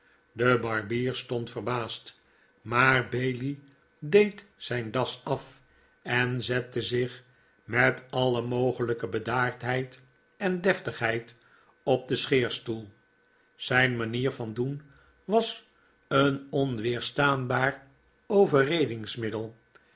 de barbier stond verbaasd maar bailey maarten chuzzlewit deed zijn das af en zette zich met alle mogelijke bedaardheid en deftigheid op den scheerstoel zijn manier van doen was een onweerstaanbaar overredingsmiddel